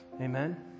Amen